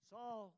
Saul